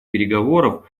переговоров